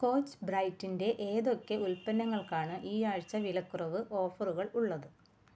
scotch ബ്രൈറ്റിൻ്റെ ഏതൊക്കെ ഉൽപ്പന്നങ്ങൾക്കാണ് ഈ ആഴ്ച വിലക്കുറവ് ഓഫറുകൾ ഉള്ളത്